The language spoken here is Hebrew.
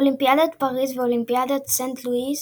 ובאולימפיאדת פריז ואולימפיאדת סנט לואיס